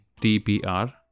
TPR